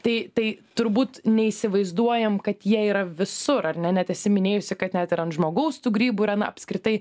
tai tai turbūt neįsivaizduojam kad jie yra visur ar ne net esi minėjusi kad net ir ant žmogaus tų grybų yra na apskritai